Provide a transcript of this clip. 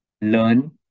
learn